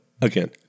again